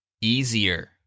Easier